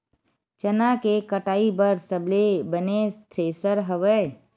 चना के कटाई बर सबले बने थ्रेसर हवय?